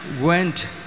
went